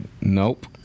Nope